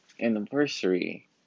anniversary